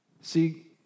See